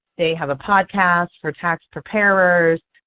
they have a podcast for tax preparers.